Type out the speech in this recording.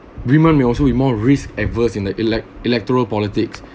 women may also be more risk averse in the elect~ electoral politics